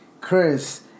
Chris